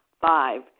Five